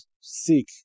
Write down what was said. seek